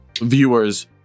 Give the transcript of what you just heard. viewers